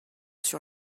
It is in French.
sur